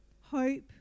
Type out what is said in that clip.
Hope